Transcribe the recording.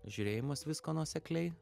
žiūrėjimas visko nuosekliai